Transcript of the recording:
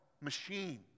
machine